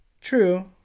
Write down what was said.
True